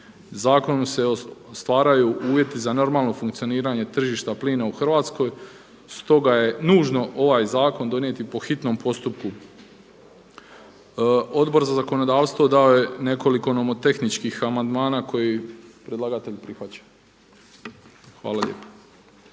Zakonom se stvaraju uvjeti za normalno funkcioniranje tržišta plina u Hrvatskoj, stoga je nužno ovaj zakon donijeti po hitnom postupku. Odbor za zakonodavstvo dao je nekoliko nomotehničkih amandmana koji predlagatelj prihvaća. Hvala lijepa.